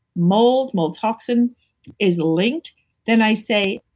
mold, mold toxin is linked then i say,